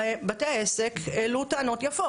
בתי העסק העלו טענות יפות.